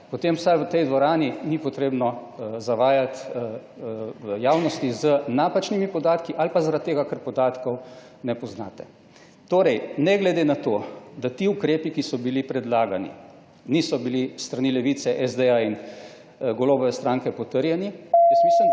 potem vsaj v tej dvorani ni potrebno zavajati v javnosti z napačnimi podatki ali pa zaradi tega, ker podatkov ne poznate. Torej ne glede na to, da ti ukrepi, ki so bili predlagani, niso bili s strani Levice, SD in Golobove stranke potrjeni, / znak